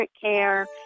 care